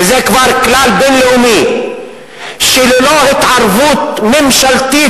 וזה כבר כלל בין-לאומי, שללא התערבות ממשלתית